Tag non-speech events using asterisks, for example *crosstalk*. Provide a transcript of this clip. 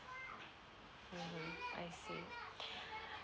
mmhmm I see *breath*